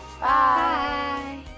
Bye